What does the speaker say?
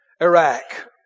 Iraq